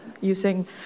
using